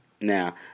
now